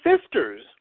sisters